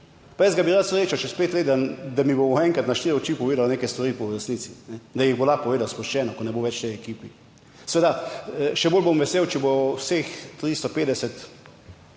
pa jaz ga bi rad srečal čez pet let, da mi bomo enkrat na štiri oči povedal neke stvari v resnici, da jih bo lahko povedal sproščeno, ko ne bo več v tej ekipi. Seveda še bolj bom vesel, če bo vseh 350